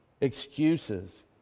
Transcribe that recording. Excuses